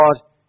God